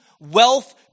wealth